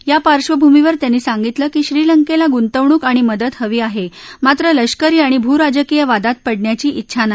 या पार्डभूमीवर त्यांनी सांगितलं की श्रीलंकेला गुंतवणूक आणि मदत हवी आहे मात्र लष्करी आणि भूराजकीय वादात पडण्याची डेछा नाही